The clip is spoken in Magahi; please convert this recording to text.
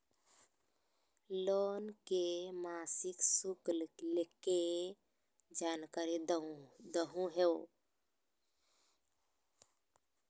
लोन के मासिक शुल्क के जानकारी दहु हो?